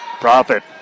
Profit